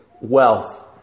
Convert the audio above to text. wealth